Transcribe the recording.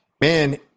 man